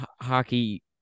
hockey